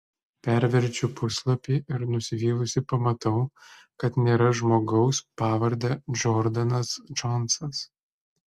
perverčiu puslapį ir nusivylusi pamatau kad nėra žmogaus pavarde džordanas džonsas